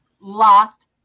Lost